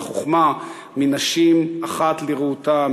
החוכמה מנשים אחת לרעותה,